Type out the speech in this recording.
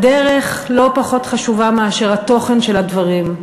הדרך לא פחות חשובה מהתוכן של הדברים.